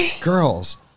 Girls